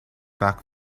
back